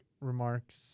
remarks